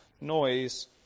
noise